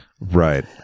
right